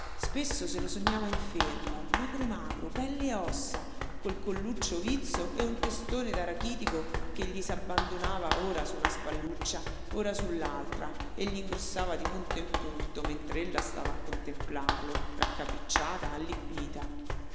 spesso se lo sognava infermo magro magro pelle e ossa col colluccio vizzo e un testone da rachitico che gli s'abbandonava ora su una spalluccia ora sull'altra e gl'ingrossava di punto in punto mentr'ella stava a contemplarlo raccapricciata allibita